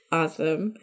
awesome